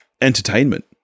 entertainment